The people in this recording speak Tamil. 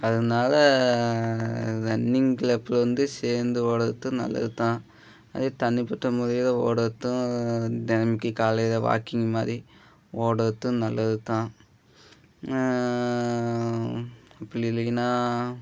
அதனால் ரன்னிங் க்ளப்பில் வந்து சேர்ந்து ஓடுறது நல்லது தான் அதே தனிப்பட்ட முறையில் ஓடுறதும் தினமிக்கி காலையில் வாக்கிங் மாதிரி ஓடுறதும் நல்லது தான் அப்படி இல்லைங்கன்னால்